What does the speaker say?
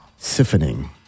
Siphoning